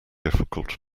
difficult